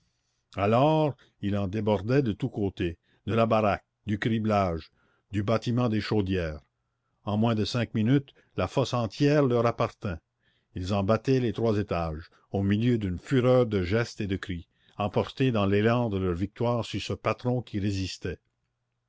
alors il en déborda de tous côtés de la baraque du criblage du bâtiment des chaudières en moins de cinq minutes la fosse entière leur appartint ils en battaient les trois étages au milieu d'une fureur de gestes et de cris emportés dans l'élan de leur victoire sur ce patron qui résistait